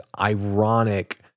ironic